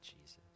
Jesus